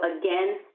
again